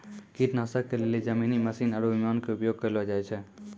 कीटनाशक के लेली जमीनी मशीन आरु विमान के उपयोग कयलो जाय छै